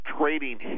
trading